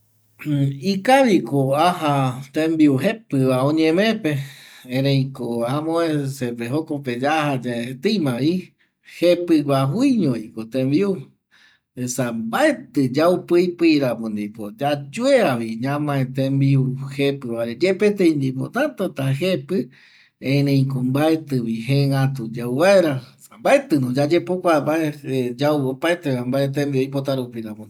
Ikaviko aja tembiu jepƚva oñemeape ereiko amovecepe jokope yaja yaeeteiyae jepƚ guajuiñoviko tembiu esa mbaetƚ yau pƚpƚiramo ndipo yayeavi ñamae tembiu jepƚ vare yepertei ndipo tätata jepƚ ereiko mbaetƚvi jengatu yauvaera esa mbaetƚno yayepokua yau mbae tembiu yau oipotarupi ramo ndipo